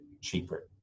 cheaper